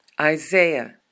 Isaiah